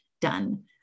done